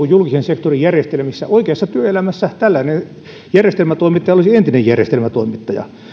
julkisen sektorin järjestelmissä oikeassa työelämässä tällainen järjestelmätoimittaja olisi entinen järjestelmätoimittaja